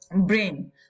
brain